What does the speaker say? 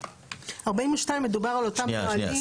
42 מדובר על אותם נהלים.